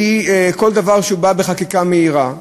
וכל דבר שבא בחקיקה מהירה,